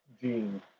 gene